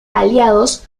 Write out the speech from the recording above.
aliados